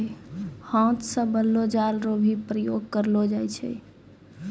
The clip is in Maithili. हाथ से बनलो जाल रो भी प्रयोग करलो जाय छै